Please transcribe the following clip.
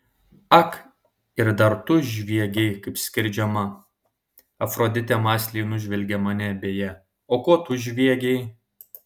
ak ir dar tu žviegei kaip skerdžiama afroditė mąsliai nužvelgė mane beje o ko tu žviegei